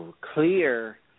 clear